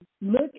look